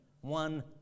one